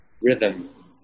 rhythm